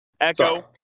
Echo